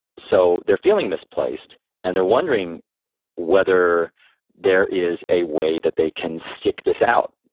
so they're feeling misplaced and they're wondering whether there is a way that they can stick this out.